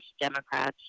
Democrats